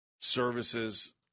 services